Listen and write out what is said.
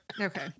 Okay